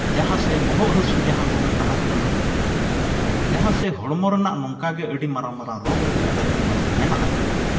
ᱡᱟᱦᱟᱸ ᱥᱮ ᱵᱚᱦᱚᱜ ᱦᱟᱹᱥᱩ ᱡᱟᱦᱟᱸ ᱵᱚᱱ ᱢᱮᱛᱟᱦᱟᱜ ᱠᱟᱱᱟ ᱡᱟᱦᱟᱸ ᱥᱮ ᱦᱚᱲᱢᱚ ᱨᱮᱱᱟᱜ ᱱᱚᱝᱠᱟᱜᱮ ᱟᱹᱰᱤ ᱢᱟᱨᱟᱝ ᱢᱟᱨᱟᱝ ᱨᱳᱜᱽ ᱨᱩᱜᱤ ᱟᱡᱟᱨ ᱵᱮᱢᱟᱨ ᱦᱚᱸ ᱢᱮᱱᱟᱜ ᱟᱠᱟᱫᱟ